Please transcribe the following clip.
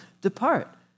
depart